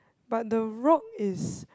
but the rock is